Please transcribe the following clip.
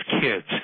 kids